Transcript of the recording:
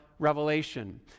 revelation